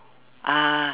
ah